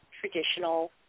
traditional